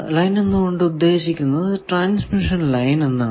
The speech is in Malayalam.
ലൈൻ എന്നത് കൊണ്ട് ഉദ്ദേശിക്കുന്നത് ട്രാൻസ്മിഷൻ ലൈൻ എന്നാണ്